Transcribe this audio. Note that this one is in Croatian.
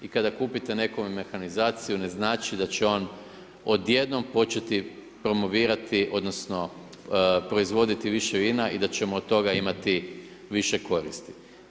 I kada kupite neku mehanizaciju ne znači da će on odjednom početi promovirati, odnosno proizvoditi više vina i da ćemo od toga imati više koristi.